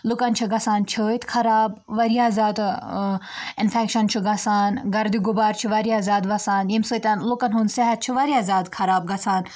لُکَن چھِ گژھان چھٲتۍ خراب واریاہ زیادٕ اِنفیٚکشَن چھُ گژھان گَردِ گُبار چھُ واریاہ زیادٕ وَسان ییٚمہِ سۭتۍ لُکَن ہُنٛد صحت چھُ واریاہ زیادٕ خراب گژھان